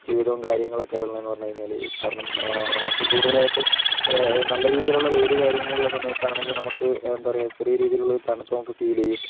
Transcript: ജീവിതവും കാര്യങ്ങളുമൊക്കെ ഉള്ളതെന്ന് പറഞ്ഞ് കഴിഞ്ഞാല് കാരണം നമുക്ക് കൂടുതലായിട്ടും നല്ല രീതിയിലുള്ള വെയില് കാര്യങ്ങളും ഉള്ള സമയത്താണെങ്കില് നമക്ക് എന്താ പറയുക ചെറിയ രീതിയിലുള്ള ഒരു തണുപ്പ് നമുക്ക് ഫീൽ ചെയ്യും